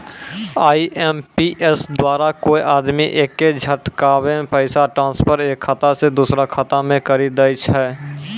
IMPS द्वारा कोय आदमी एक्के झटकामे पैसा ट्रांसफर एक खाता से दुसरो खाता मे करी दै छै